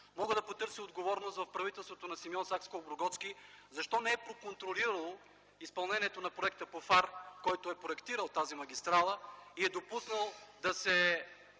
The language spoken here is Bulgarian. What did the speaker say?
Мога да потърся отговорност в правителството на Симеон Сакскобургготски – защо не е проконтролирало изпълнението на проекта по ФАР, който е проектирал тази магистрала и е допуснал да се